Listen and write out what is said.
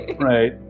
Right